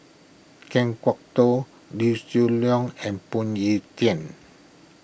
Kan Kwok Toh Liew Leong and Phoon Yew Tien